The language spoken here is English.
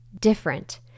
different